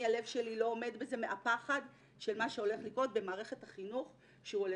הלב שלי לא עומד בזה מהפחד של מה שהולך לקרות במערכת החינוך שהוא הולך.